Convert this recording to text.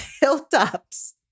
hilltops